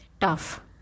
tough